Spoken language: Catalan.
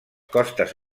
costes